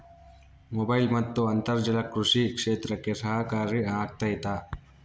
Mobile ಮತ್ತು ಅಂತರ್ಜಾಲ ಕೃಷಿ ಕ್ಷೇತ್ರಕ್ಕೆ ಸಹಕಾರಿ ಆಗ್ತೈತಾ?